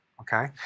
okay